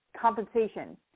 compensation